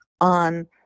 on